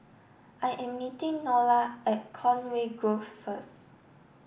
I am meeting Nola at Conway Grove first